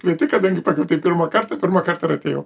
kvieti kadangi pakvietei pirmą kart tai pirmą kartą ir atėjau